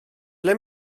ble